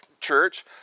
church